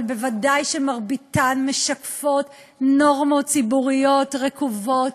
אבל ודאי שמרביתן משקפות נורמות ציבוריות רקובות,